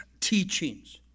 teachings